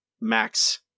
max